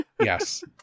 Yes